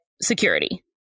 security